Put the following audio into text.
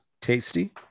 tasty